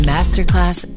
Masterclass